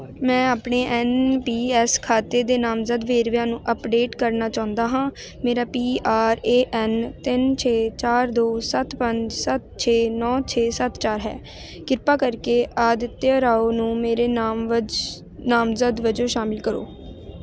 ਮੈਂ ਆਪਣੇ N P S ਖਾਤੇ ਦੇ ਨਾਮਜ਼ਦ ਵੇਰਵਿਆਂ ਨੂੰ ਅੱਪਡੇਟ ਕਰਨਾ ਚਾਹੁੰਦਾ ਹਾਂ ਮੇਰਾ ਪੀ ਆਰ ਏ ਐੱਨ ਤਿੰਨ ਛੇ ਚਾਰ ਦੋੋ ਸੱਤ ਪੰਜ ਸੱਤ ਛੇ ਨੌੇਂ ਛੇ ਸੱਤ ਚਾਰ ਹੈ ਕਿਰਪਾ ਕਰਕੇ ਆਦਿਤਿਆ ਰਾਓ ਨੂੰ ਮੇਰੇ ਨਾਮਵਜ ਨਾਮਜ਼ਦ ਵਜੋਂ ਸ਼ਾਮਲ ਕਰੋ